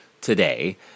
today